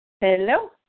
Hello